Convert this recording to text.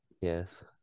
Yes